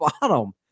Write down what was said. bottom